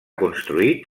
construït